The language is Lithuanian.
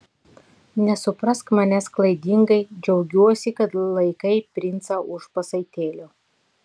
nesuprask manęs klaidingai džiaugiuosi kad laikai princą už pasaitėlio